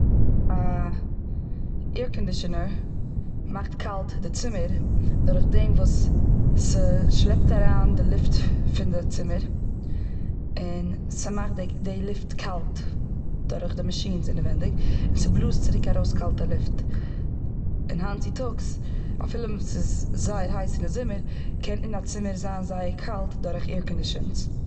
א עיר קאנדישענער מאכט קאלט די צימער דורך דעם וואס ס'שלעפט אריין די לופט פון די צימער, און ס'מאכט די די לופט קאלט דורך די מאשינס אינעווייניג, און ס'בלאזט צוריק ארויס קאלטע לופט. און היינט צוטאגס אפילו ס'איז זייער הייס און די זומער, קען אין א צימער זיין זייער קאלט דורך עיר קאנדישנס.